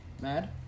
Mad